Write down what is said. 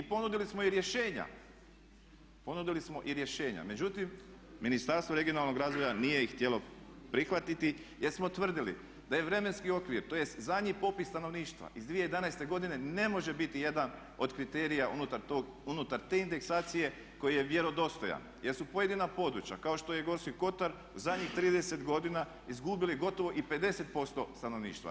I ponudili smo i rješenja, ponudili smo i rješenja međutim Ministarstvo regionalnog razvoja nije ih htjelo prihvatiti jer smo tvrdili da je vremenski okvir, tj. za njih popis stanovništva iz 2011. godine ne može biti jedan od kriterija unutar te indeksacije koji je vjerodostojan jer su pojedina područja kao što je Gorski Kotar za njih 30 godina izgubili gotovo i 50% stanovništva.